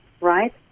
right